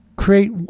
Create